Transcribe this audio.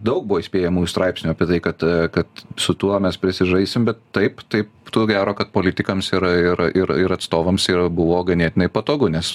daug buvo įspėjamųjų straipsnių apie tai kad kad su tuo mes prisižaisim bet taip taip to gero kad politikams yra ir ir ir atstovams buvo ganėtinai patogu nes